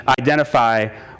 identify